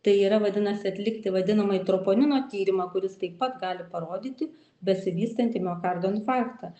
tai yra vadinasi atlikti vadinamąjį troponino tyrimą kuris taip pat gali parodyti besivystantį miokardo infarktą